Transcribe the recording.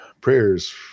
prayers